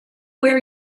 wear